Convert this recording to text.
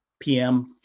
PM